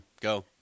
go